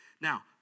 Now